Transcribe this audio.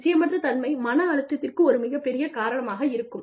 நிச்சயமற்ற தன்மை மன அழுத்தத்திற்கு ஒரு மிகப் பெரிய காரணமாக இருக்கும்